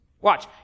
Watch